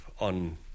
on